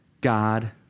God